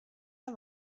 der